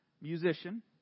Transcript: musician